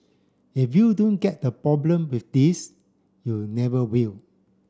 if you don't get the problem with this you never will